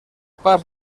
parts